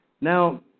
now